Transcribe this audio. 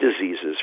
diseases